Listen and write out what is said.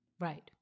Right